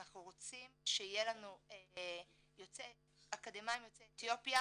אנחנו רוצים שיהיה לנו אקדמאים יוצאי אתיופיה